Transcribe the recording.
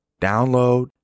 Download